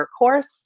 workhorse